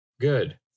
good